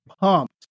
pumped